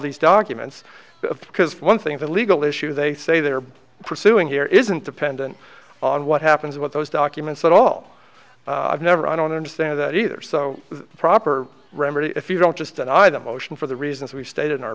these documents because one thing the legal issue they say they're pursuing here isn't dependent on what happens with those documents at all i've never i don't understand that either so the proper remedy if you don't just and i the motion for the reasons we stated in our